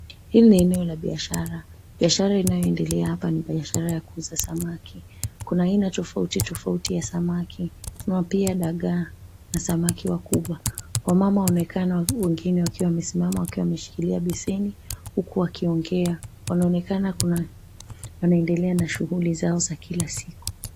Hili ni eneo la biashara, biashara inayoendelea hapa ni biashara ya kuuza samaki. Kuna aina tofauti tofauti ya samaki na pia dagaa na samaki wakubwa. Wamama wamekaa na wengine wakiwa wamesimama wakiwa wameshikilia beseni huku wakiongea wanaonekana wanaendelea na shughuli zao za kila siku.